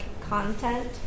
content